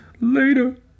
Later